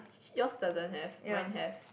yours doesn't have mine have